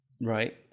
Right